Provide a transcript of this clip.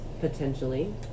potentially